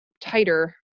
tighter